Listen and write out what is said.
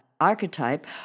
archetype